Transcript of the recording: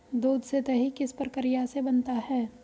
दूध से दही किस प्रक्रिया से बनता है?